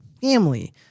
family